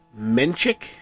Menchik